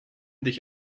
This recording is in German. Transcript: dich